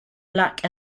lack